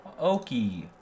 Okie